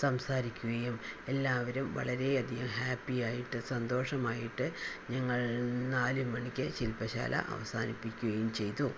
സംസാരിക്കുകയും എല്ലാവരും വളരെയധികം ഹാപ്പി ആയിട്ട് സന്തോഷമായിട്ട് ഞങ്ങൾ നാല് മണിക്ക് ശിൽപ്പശാല അവസാനിപ്പിക്കുകയും ചെയ്തു